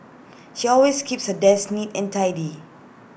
she always keeps her desk neat and tidy